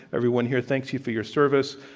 everyone here thanks you for your service.